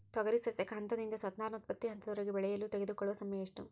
ತೊಗರಿ ಸಸ್ಯಕ ಹಂತದಿಂದ ಸಂತಾನೋತ್ಪತ್ತಿ ಹಂತದವರೆಗೆ ಬೆಳೆಯಲು ತೆಗೆದುಕೊಳ್ಳುವ ಸಮಯ ಎಷ್ಟು?